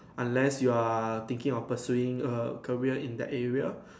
unless you are thinking of pursuing a career in the area